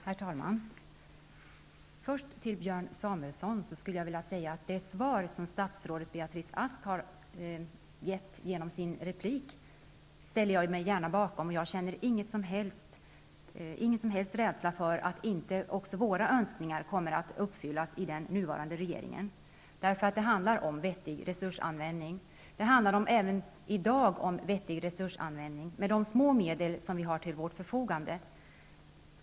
Herr talman! Jag vill först till Björn Samuelson säga att jag ställer mig gärna bakom det svar som statsrådet Beatrice Ask har lämnat genom sin replik. Jag är inte det minsta rädd för att inte också våra önskningar kommer att uppfyllas med den nya regeringen. Det handlar om vettig resursanvändning med de små medel som finns att förfoga över, och så gör det även i dag.